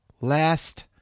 last